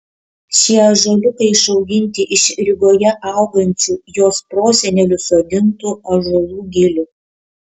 šie ąžuoliukai išauginti iš rygoje augančių jos prosenelių sodintų ąžuolų gilių